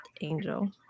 Angel